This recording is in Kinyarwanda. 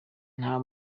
nta